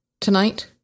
tonight